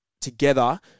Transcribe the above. together